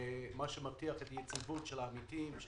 שזה מה שמבטיח את יציבות העמיתים,